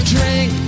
Drink